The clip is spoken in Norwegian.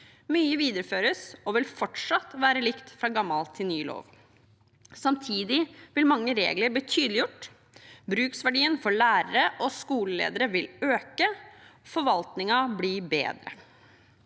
Mye videreføres og vil fortsatt være likt fra gammel til ny lov. Samtidig vil mange regler bli tydeliggjort. Bruksverdien for lærere og skoleledere vil øke og forvaltningen bli bedre.